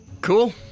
Cool